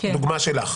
הדוגמה שלך,